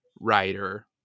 writer